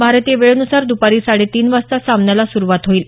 भारतीय वेळेन्सार दुपारी साडे तीन वाजता या सामन्याला सुरुवात होईल